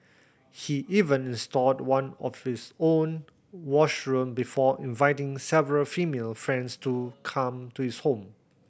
he even installed one of his own washroom before inviting several female friends to come to his home